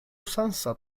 usanza